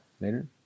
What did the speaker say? later